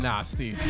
Nasty